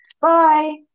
Bye